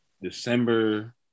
December